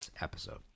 Episode